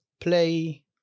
play